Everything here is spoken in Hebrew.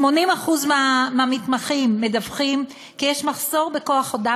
80% מהמתמחים מדווחים כי יש מחסור בכוח-אדם